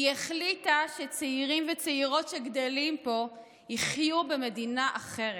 היא החליטה שצעירים וצעירות שגדלים פה יחיו במדינה אחרת,